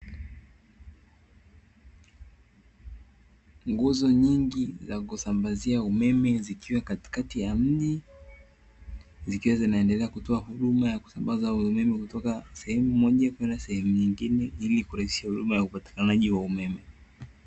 Nguzo nyingi za kusambazia umeme zikiwa katikati ya mji, zikiwa zinaendelea kutoa huduma ya kusambaza huo umeme kutoka sehemu moja kwenda sehemu nyingine, ili kurahisisha huduma ya upatikanaji wa umeme.